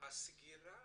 הסגירה